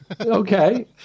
Okay